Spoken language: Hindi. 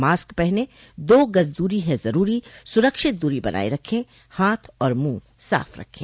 मास्क पहनें दो गज़ दूरी है ज़रूरी सुरक्षित दूरी बनाए रखें हाथ और मुंह साफ़ रखें